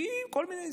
כי כל מיני,